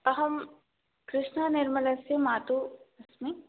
अहं कृष्णनिर्मलस्य माता अस्मि